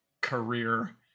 career